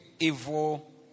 evil